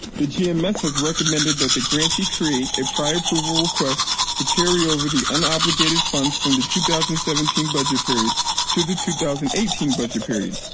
the gms has recommended that the grantee create a prior approval request to carry over the unobligated funds from the two thousand seventeen budget period to the two thousand and eighteen budget period.